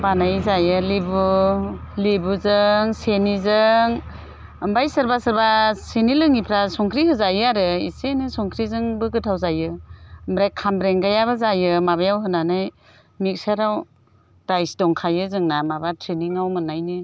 बानायजायो लेबु लेबुजों सिनिजों ओमफ्राय सोरबा सोरबा सिनि लोङिफ्रा संख्रि होजायो आरो इसेनो संख्रिजोंबो गोथाव जायो ओमफ्राय खामब्रेंगायाबो जायो माबायाव होनानै मिक्साराव दाइस दंखायो जोंना माबा ट्रैनिंआव मोन्नायनि